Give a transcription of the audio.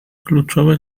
kluczowe